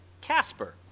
Casper